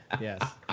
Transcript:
yes